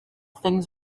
things